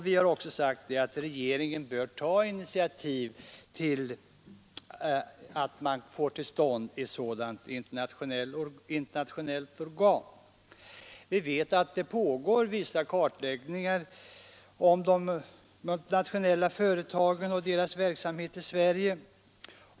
Vi har också sagt att regeringen bör ta initiativ till att man får till stånd ett sådant internationellt organ. Vi vet att vissa kartläggningar pågår om de multinationella företagen och dessas verksamhet i Sverige.